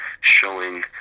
showing